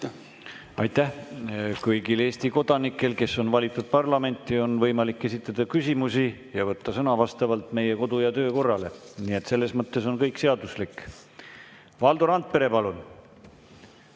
Aitäh! Kõigil Eesti kodanikel, kes on valitud parlamenti, on võimalik esitada küsimusi ja võtta sõna vastavalt meie kodu‑ ja töökorrale. Nii et selles mõttes on kõik seaduslik. Valdo Randpere, palun!